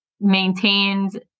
maintained